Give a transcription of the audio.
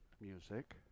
music